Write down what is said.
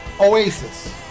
Oasis